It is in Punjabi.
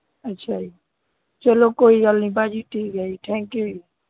ਅੱਛਾ ਜੀ ਚਲੋ ਕੋਈ ਗੱਲ ਨੀ ਭਾਅ ਜੀ ਠੀਕ ਹੈ ਜੀ ਥੈਂਕ ਯੂ ਜੀ